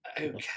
Okay